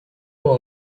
will